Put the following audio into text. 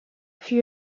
für